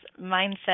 mindset